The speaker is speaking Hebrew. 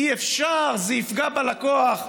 אי-אפשר, זה יפגע בלקוח.